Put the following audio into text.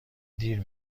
دیر